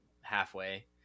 halfway